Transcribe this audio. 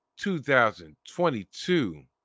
2022